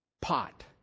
pot